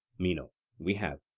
meno we have.